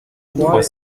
trois